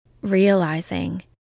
realizing